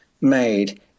made